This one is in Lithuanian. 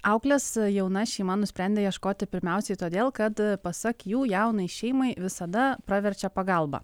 auklės jauna šeima nusprendė ieškoti pirmiausiai todėl kad pasak jų jaunai šeimai visada praverčia pagalba